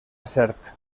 cert